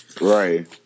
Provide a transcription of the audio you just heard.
Right